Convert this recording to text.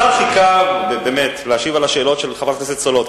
השר חיכה באמת להשיב על השאלות של חברת הכנסת סולודקין.